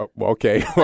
Okay